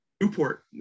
Newport